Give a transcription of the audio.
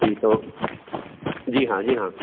जी तो जी हाँ जी हाँ